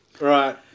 Right